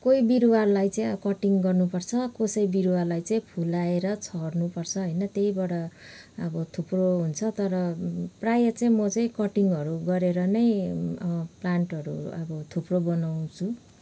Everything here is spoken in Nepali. कोही बिरुवाहरूलाई चाहिँ कटिङ गर्नु पर्छ कसै बिरुवालाई चाहिँ फुलाएर छर्नु पर्छ होइन त्यहीबाट अब थुप्रो हुन्छ तर प्रायः चाहिँ म चाहिँ कटिङहरू गरेर नै प्लान्टहरू अब थुप्रो बनाउँछु